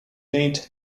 named